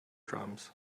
drums